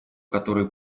которую